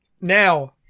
Now